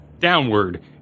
downward